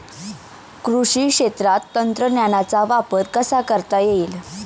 कृषी क्षेत्रात तंत्रज्ञानाचा वापर कसा करता येईल?